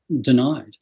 denied